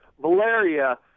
Valeria